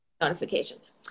notifications